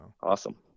awesome